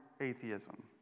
atheism